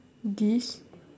diss